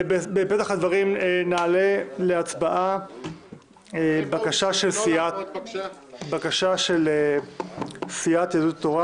בפתח הדברים נעלה להצבעה בקשה של סיעת יהדות התורה